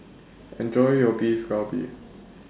Enjoy your Beef Galbi